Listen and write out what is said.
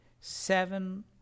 seven